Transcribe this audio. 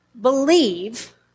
believe